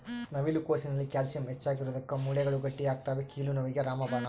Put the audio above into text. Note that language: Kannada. ನವಿಲು ಕೋಸಿನಲ್ಲಿ ಕ್ಯಾಲ್ಸಿಯಂ ಹೆಚ್ಚಿಗಿರೋದುಕ್ಕ ಮೂಳೆಗಳು ಗಟ್ಟಿಯಾಗ್ತವೆ ಕೀಲು ನೋವಿಗೆ ರಾಮಬಾಣ